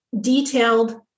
detailed